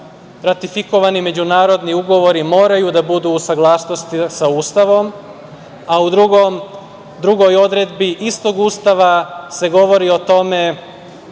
ratifikovani međunarodni ugovori moraju da budu u saglasnosti sa Ustavom, a u drugoj odredbi istog Ustava se govori o tome